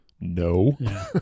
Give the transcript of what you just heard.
no